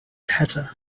hatter